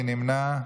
מי נמנע?